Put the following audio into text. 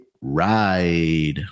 ride